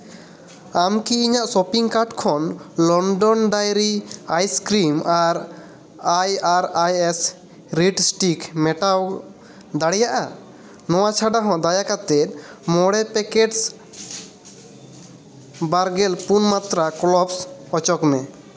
ᱟᱢᱠᱤ ᱤᱧᱟᱹᱜ shopping card ᱠᱷᱚᱱ ᱞᱚᱱᱰᱚᱱ ᱰᱟᱭᱨᱤ ᱟᱭᱥᱤ ᱠᱨᱤᱢ ᱟᱨ ᱟᱭ ᱟᱨ ᱟᱭ ᱮᱥ ᱨᱮᱰ ᱮᱥᱴᱤᱠ ᱢᱮᱴᱟᱣ ᱫᱟᱲᱮᱭᱟᱜᱼᱟ ᱱᱳᱰᱟ ᱪᱷᱟᱰᱟ ᱦᱚᱸ ᱫᱟᱭᱟ ᱠᱟᱛᱮᱫ ᱢᱚᱬᱮ ᱯᱮᱠᱮᱴ ᱵᱟᱨ ᱜᱮᱞ ᱯᱩᱱ ᱢᱟᱛᱨᱟ ᱠᱞᱚᱵᱷᱥ ᱚᱪᱚᱜ ᱢᱮ